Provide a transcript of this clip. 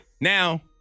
Now